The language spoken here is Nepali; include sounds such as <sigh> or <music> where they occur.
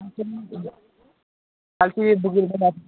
<unintelligible>